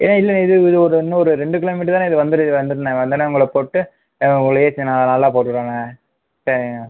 ஏண்ணே இல்லைண்ணே இது இன்னும் ஒரு ரெண்டு கிலோ மீட்டர் தாண்ணே வந்துரும்ண்ணே வந்தொடன்னே உங்களுக்கு போட்டு உங்களுக்கு ஏசி நல்லா போட்டு விடறேண்ணே சரிண்ணே